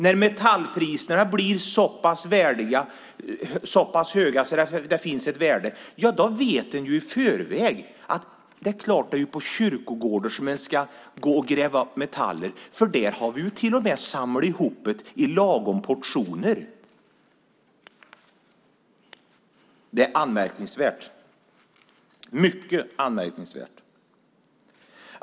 När metallpriserna blir så pass höga att det finns ett värde vet man ju i förväg att det är på kyrkogårdar som man ska gräva upp metaller, eftersom de till och med är samlade i lagom portioner där. Det är anmärkningsvärt, mycket anmärkningsvärt.